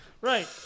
right